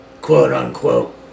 quote-unquote